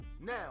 now